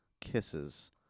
kisses